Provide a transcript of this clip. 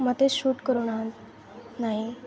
ମତେ ସୁଟ୍ କରୁନା ନାହିଁ